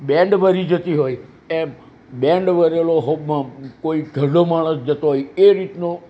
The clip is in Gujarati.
બેન્ડ વળી જતી હોય એમ બેન્ડ વળેલો કોઈ ઘરડો માણસ જતો હોય એ રીતનો